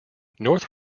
north